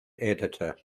editor